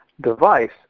device